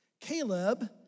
Caleb